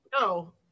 no